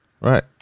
Right